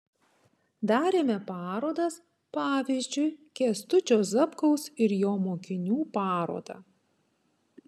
darėme parodas pavyzdžiui kęstučio zapkaus ir jo mokinių parodą